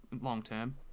Long-term